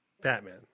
Batman